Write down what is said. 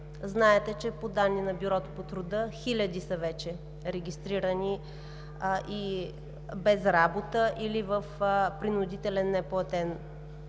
Знаете, че по данни на Бюрото по труда хиляди са вече регистрирани без работа или в принудителен неплатен годишен